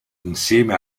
insieme